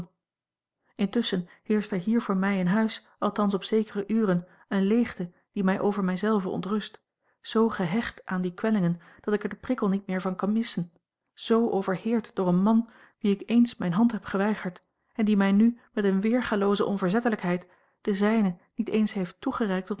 intusschen heerscht er hier voor mij in huis althans op zekere uren eene leegte die mij over mij zelve ontrust z gehecht aan die kwellingen dat ik er den prikkel niet meer van kan missen z overheerd door een man wien ik eens mijne hand heb geweigerd en die mij nu met eene weergalooze onverzettelijkheid de zijne niet eens heeft toegereikt tot